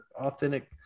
authentic